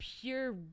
Pure